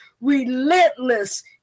relentless